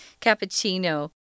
cappuccino